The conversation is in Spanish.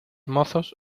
mozos